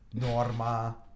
Norma